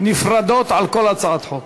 נפרדות על כל הצעת חוק.